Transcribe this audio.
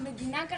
רגע,